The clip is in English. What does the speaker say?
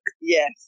yes